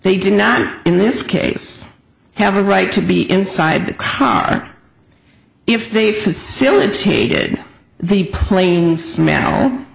they did not in this case have a right to be inside the car if they facilitated the plane sm